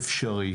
אפשרי.